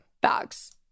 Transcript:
Bags